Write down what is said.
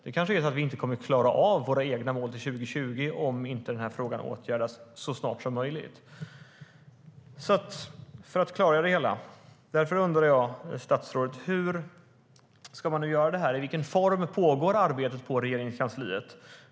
Det kanske är så att vi inte kommer att klara av våra egna mål till 2020 om inte frågan åtgärdas så snart som möjligt. Jag undrar därför, statsrådet: Hur ska man göra detta? I vilken form pågår arbetet på Regeringskansliet?